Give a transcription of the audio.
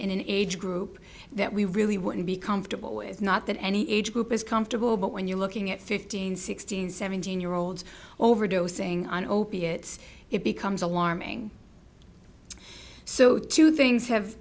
in an age group that we really wouldn't be comfortable with not that any age group is comfortable but when you're looking at fifteen sixteen seventeen year olds overdosing on opiates it becomes alarming so two things have